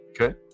Okay